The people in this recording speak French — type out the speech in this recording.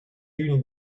une